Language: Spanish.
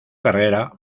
carrera